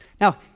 Now